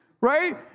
right